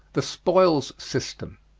the spoils system.